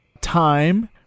Time